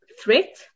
threat